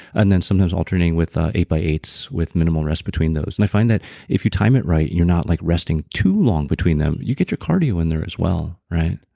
and then sometimes alternating with eight by eights with minimal rest between those. and i find that if you time it right you're not like resting too long between them, you get your cardio in there as well, right?